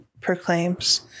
proclaims